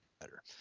better